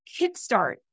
kickstart